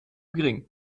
gering